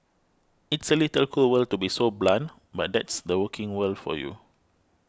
it's a little cruel to be so blunt but that's the working world for you